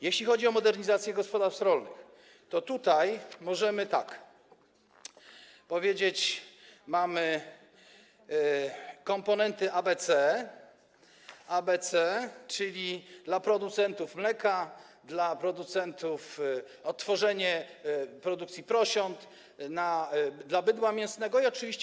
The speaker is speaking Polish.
Jeśli chodzi o modernizację gospodarstw rolnych, to tutaj możemy tak powiedzieć: mamy komponenty A, B, C, czyli dla producentów mleka, dla producentów... odtworzenie produkcji prosiąt, dla bydła mięsnego, i oczywiście